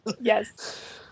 Yes